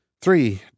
Three